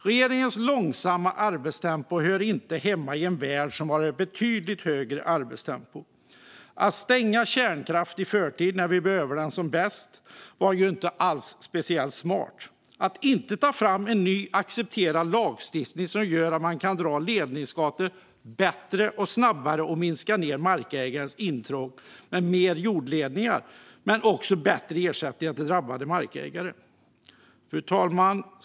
Regeringens långsamma arbetstempo hör inte hemma i en värld med ett betydligt högre tempo. Att stänga kärnkraft i förtid när vi behöver den som bäst var inte speciellt smart. Regeringen borde ta fram en ny accepterad lagstiftning som gör att man kan dra ledningsgator bättre och snabbare och minska ned intrången hos markägare med mer jordledningar men också ge bättre ersättningar till dem som drabbas.